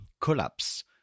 collapse